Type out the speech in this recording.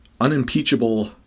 unimpeachable